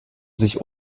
sich